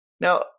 Now